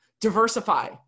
diversify